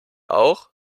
auch